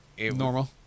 normal